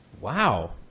Wow